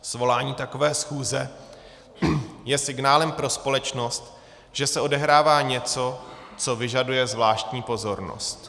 Svolání takové schůze je signálem pro společnost, že se odehrává něco, co vyžaduje zvláštní pozornost.